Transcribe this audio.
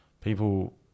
people